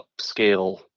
upscale